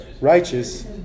righteous